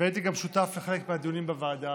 והייתי גם שותף לחלק מהדיונים בוועדה,